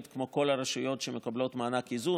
כמו כל הרשויות שמקבלות מענק איזון.